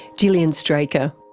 gillian straker.